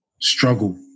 struggle